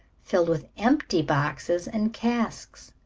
filled with empty boxes and casks,